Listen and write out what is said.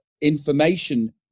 information